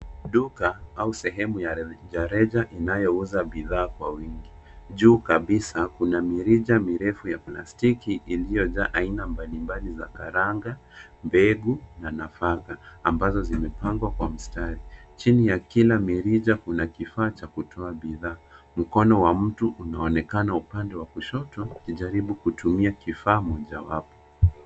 Duka au sehemu ya rejareja inayouza bidhaa kwa wingi. Juu kabisa kuna mirija mirefu ya plastiki iliyojaa aina mbalimbali za karanga, mbegu na nafaka ambazo zimepangwa kwa mstari. Chini ya kila mirija kuna kifaa cha kutoa bidhaa. Mkono wa mtu unaonekana upande wa kushoto ukijaribu kutumia kifaa mojawapo.